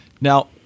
Now